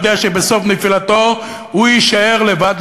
יודע שבסוף נפילתו הוא יישאר לבד,